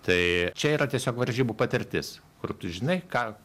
tai čia yra tiesiog varžybų patirtis kur tu žinai ką